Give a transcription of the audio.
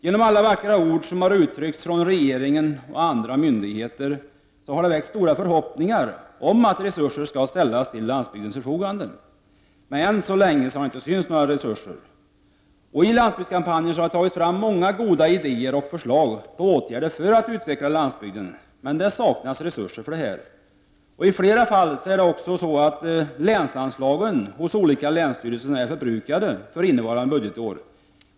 Genom alla vackra ord som har uttryckts från regeringen och andra myndigheter har det väckts stora förhoppningar om att resurser skall ställas till landsbygdens förfogande. Än så länge har det dock inte synts till några resurser. I landsbygdskampanjen har det tagits fram många goda idéer och förslag på åtgärder för att utveckla landsbygden, men det saknas resurser till detta. I flera fall är också länsanslagen hos olika länsstyrelser förbrukade för innevarande budgetår.